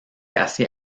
casi